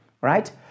right